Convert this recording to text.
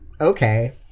okay